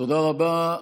תודה רבה.